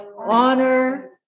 honor